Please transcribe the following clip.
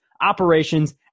operations